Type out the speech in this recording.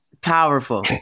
Powerful